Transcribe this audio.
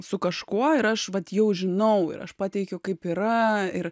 su kažkuo ir aš vat jau žinau ir aš pateikiu kaip yra ir